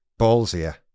ballsier